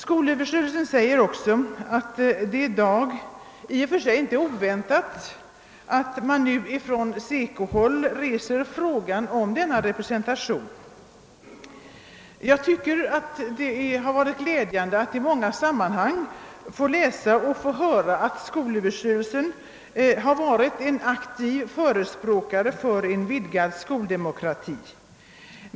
Skolöverstyrelsen säger också, att det i dag i och för sig inte är oväntat att man på SECO-håll reser frågan om denna representation. Jag tycker att det har varit glädjande att i många sammanhang få läsa och höra att skolöverstyrelsen varit en aktiv förespråkare för en vidgad skoldemokrati.